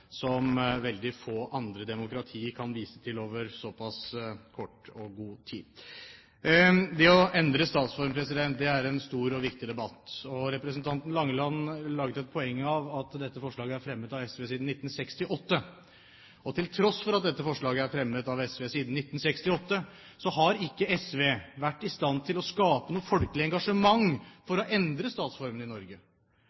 som veldig få andre demokratier kan vise til over såpass kort tid. Det å endre statsform er en stor og viktig debatt. Representanten Langeland gjorde et poeng av at dette forslaget er fremmet av SV siden 1968. Til tross for at dette forslaget er fremmet av SV siden 1968, har ikke SV vært i stand til å skape noe folkelig engasjement for